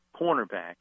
cornerback